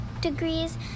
degrees